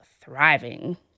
thriving